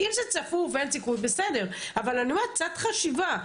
אם זה צפוף ואין סיכוי, בסדר, אבל קצת חשיבה.